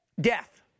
Death